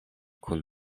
kun